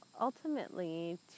ultimately